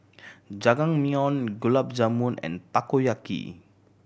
Jajangmyeon Gulab Jamun and Takoyaki